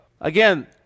again